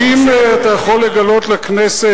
האם אתה יכול לגלות לכנסת,